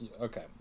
okay